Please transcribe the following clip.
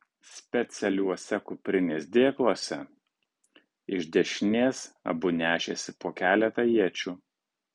specialiuose kuprinės dėkluose iš dešinės abu nešėsi po keletą iečių